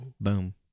boom